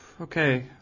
Okay